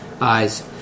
eyes